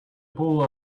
pool